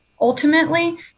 Ultimately